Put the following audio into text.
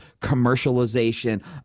commercialization